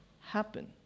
happen